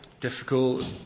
difficult